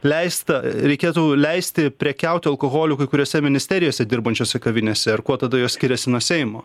leista reikėtų leisti prekiauti alkoholiu kai kuriose ministerijose dirbančiose kavinėse ir kuo tada jos skiriasi nuo seimo